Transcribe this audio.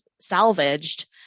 salvaged